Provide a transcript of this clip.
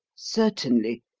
certainly.